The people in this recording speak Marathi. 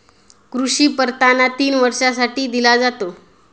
कृषी परवाना तीन वर्षांसाठी दिला जातो